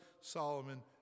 solomon